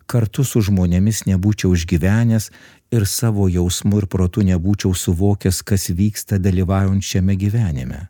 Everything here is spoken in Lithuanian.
kartu su žmonėmis nebūčiau išgyvenęs ir savo jausmu ir protu nebūčiau suvokęs kas vyksta dalyvaujant šiame gyvenime